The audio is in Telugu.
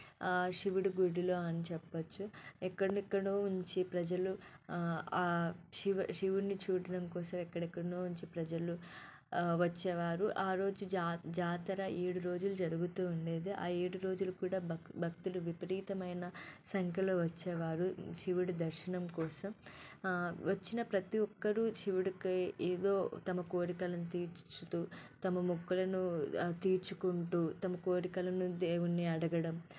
శివుడు గుడిలో అని చెప్పచ్చు ఎక్కడెక్కడో నుంచి ప్రజలు ఆ శివ శివుణ్ణి చూడడం కోసం ఎక్కడెక్కడో నుంచి ప్రజలు వచ్చేవారు ఆరోజు జా జాతర ఏడు రోజులు జరుగుతూ ఉండేది ఆ ఏడు రోజులు కూడా భ భక్తులు విపరీతమైన సంఖ్యలో వచ్చేవారు శివుడి దర్శనం కోసం వచ్చిన ప్రతి ఒక్కరూ శివుడుకి ఏదో తమ కోరికలను తీర్చుతూ తమ మొక్కులను తీర్చుకుంటూ తమ కోరికలను దేవున్ని అడగడం